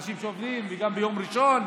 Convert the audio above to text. באנשים שעובדים וגם ביום ראשון.